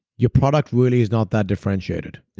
your product really is not that differentiated.